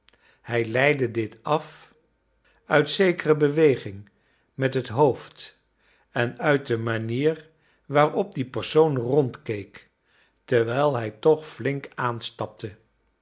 hij leidde dit af uit zekere beweging met het hoofd en uit de manier waarop die persoon rondkeek terwijl hij toch flink aanstapte